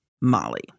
Molly